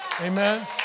Amen